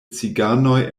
ciganoj